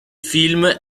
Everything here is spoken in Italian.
film